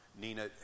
Nina